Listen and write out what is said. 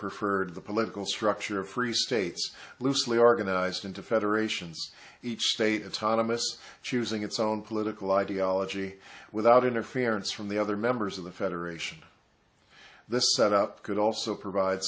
preferred the political structure of three states loosely organized into federations each state autonomy us choosing its own political ideology without interference from the other members of the federation this set up could also provide